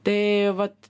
tai vat